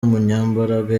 umunyembaraga